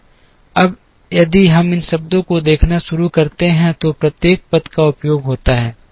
अब यदि हम इन शब्दों को देखना शुरू करते हैं तो प्रत्येक पद का उपयोग होता है